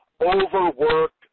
overworked